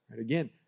again